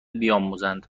بیاموزند